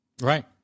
Right